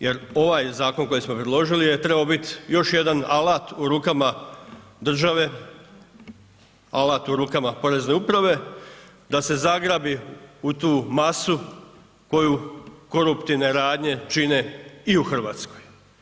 Jer ovaj zakon koji smo predložili je trebao biti još jedan alat u rukama države, alat u rukama Porezne uprave da se zagrabi u tu masu koju koruptivne radnje čine i u Hrvatskoj.